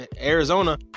Arizona